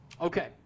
Okay